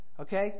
Okay